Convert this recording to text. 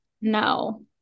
No